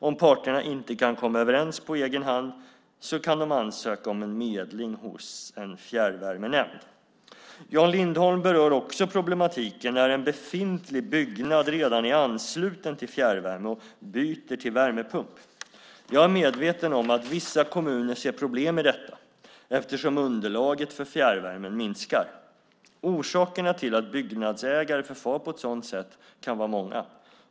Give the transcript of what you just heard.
Om parterna inte kan komma överens på egen hand kan de ansöka om medling hos en fjärrvärmenämnd. Jan Lindholm berör också problematiken när en befintlig byggnad redan är ansluten till fjärrvärme och byter till värmepump. Jag är medveten om att vissa kommuner ser problem i detta, eftersom underlaget för fjärrvärmen minskar. Orsakerna till att byggnadsägare förfar på ett sådant sätt kan vara många.